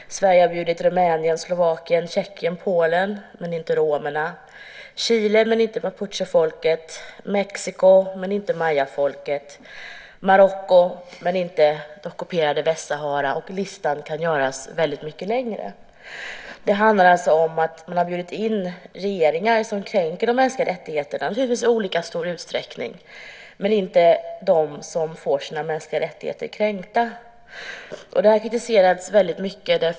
Sverige har bjudit Rumänien, Slovakien, Tjeckien och Polen men inte romerna, Chile men inte mapuchefolket, Mexiko men inte mayafolket, Marocko men inte det ockuperade Västsahara. Listan kan göras väldigt mycket längre. Man har bjudit in regeringar som kränker de mänskliga rättigheterna, naturligtvis i olika stor utsträckning, men man har inte bjudit in dem som får sina mänskliga rättigheter kränkta. Det har kritiserats mycket.